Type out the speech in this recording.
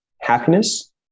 happiness